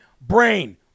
brain